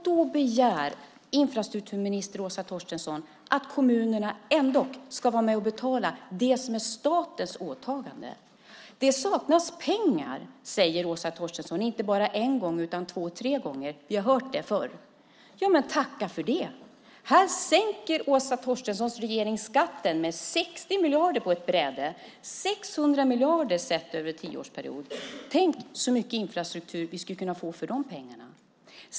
Då begär infrastrukturminister Åsa Torstensson att kommunerna ändock ska vara med och betala det som är statens åtagande. Det saknas pengar, säger Åsa Torstensson, inte bara en gång utan två tre gånger. Vi har hört det förr. Ja, men tacka för det! Här sänker Åsa Torstenssons regering skatten med 60 miljarder på ett bräde, 600 miljarder sett över en tioårsperiod. Tänk så mycket infrastruktur vi skulle kunna få för de pengarna!